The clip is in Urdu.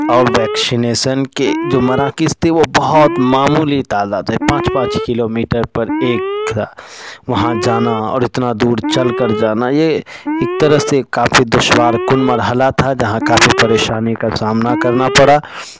اور ویکشینیسن کے جو مراکز تھے وہ بہت معمولی تعداد ہیں پانچ پانچ کلو میٹر پر ایک تھا وہاں جانا اور اتنا دور چل کر جانا یہ ایک طرح سے کافی دشوار کن مرحلہ تھا جہاں کافی پریشانی کا سامنا کرنا پڑا